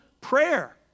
prayer